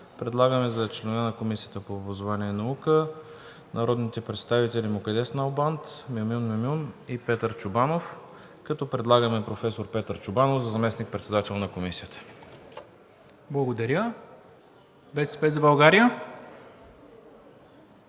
предлагаме за членове на Комисията по образование и наука народните представители: Мукаддес Налбант, Мюмюн Мюмюн и Петър Чобанов, като предлагаме професор Петър Чобанов за заместник-председател на Комисията. ПРЕДСЕДАТЕЛ НИКОЛА